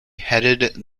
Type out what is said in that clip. headed